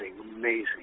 amazing